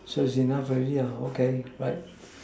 so it's enough already lah okay bye